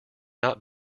not